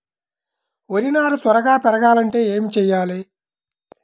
వరి నారు త్వరగా పెరగాలంటే ఏమి చెయ్యాలి?